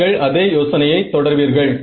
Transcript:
நீங்கள் அதே யோசனையை தொடர்வீர்கள்